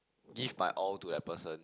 give my all to that person